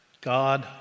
God